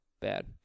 bad